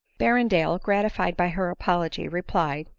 berrendale, gratified by her apology, replied,